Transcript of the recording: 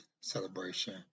celebration